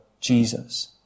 Jesus